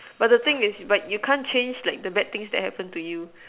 but the thing is but you can't change like the bad things that happen to you